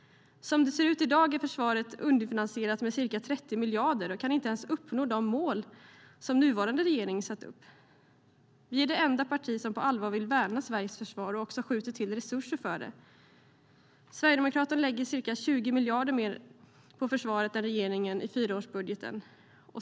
Som det ser ut i dag är försvaret underfinansierat med ca 30 miljarder och kan inte ens uppnå de mål som nuvarande regering satt upp. Vi är det enda parti som på allvar vill värna Sveriges försvar och också skjuter till resurser för det. Sverigedemokraterna lägger ca 20 miljarder mer på försvaret än regeringen i fyraårsbudgeten.